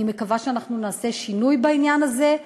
אני מקווה שאנחנו נעשה שינוי בעניין הזה.